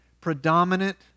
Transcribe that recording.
predominant